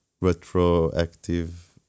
Retroactive